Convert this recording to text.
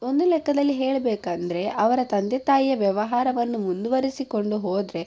ಒಂದು ಲೆಕ್ಕದಲ್ಲಿ ಹೇಳ್ಬೇಕಂದರೆ ಅವರ ತಂದೆ ತಾಯಿಯ ವ್ಯವಹಾರವನ್ನು ಮುಂದುವರಿಸಿಕೊಂಡು ಹೋದರೆ